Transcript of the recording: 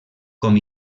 com